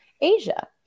Asia